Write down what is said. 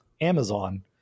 Amazon